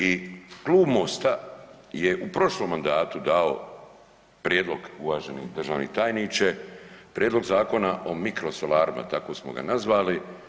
I Klub MOST-a je u prošlom mandatu dao prijedlog uvaženi državni tajniče, prijedlog Zakona o mikrosolarima, tako smo ga nazvali.